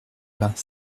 vingt